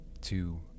two